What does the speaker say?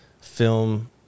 film